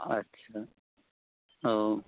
আচ্ছা ও